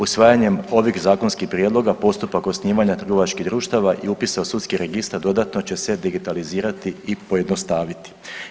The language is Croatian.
Usvajanjem ovih zakonskih prijedloga postupak osnivanja trgovačkih društava i upisa u sudski registar dodatno će se digitalizirati i pojednostaviti.